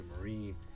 marine